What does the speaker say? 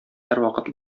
һәрвакыт